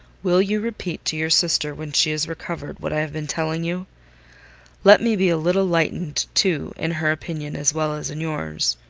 will you repeat to your sister when she is recovered, what i have been telling you let me be a little lightened too in her opinion as well as in yours.